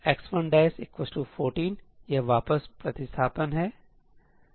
x114यह वापस प्रतिस्थापन है